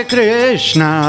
Krishna